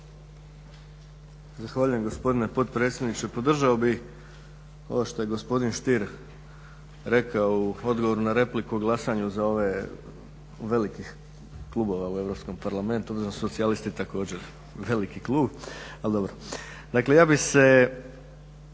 Zahvaljujem gospodine potpredsjedniče. Podržao bih ovo što je gospodin Stier rekao u odgovoru na repliku u glasanju za ove velikih klubova u Europskom parlamentu, obzirom da su socijalisti također veliki klub.